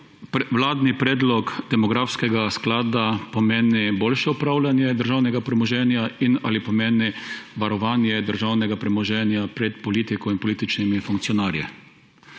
vladni predlog demografskega sklada pomeni boljše upravljanje državnega premoženja in ali pomeni varovanje državnega premoženja pred politiko in političnimi funkcionarji?